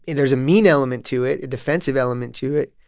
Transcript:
and there's a mean element to it a defensive element to it.